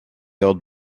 old